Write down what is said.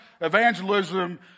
Evangelism